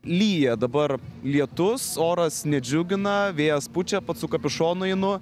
lyja dabar lietus oras nedžiugina vėjas pučia pats su kapišonu einu